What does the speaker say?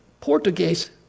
Portuguese